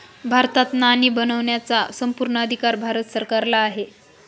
भारतात नाणी बनवण्याचा संपूर्ण अधिकार भारत सरकारला आहे